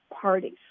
parties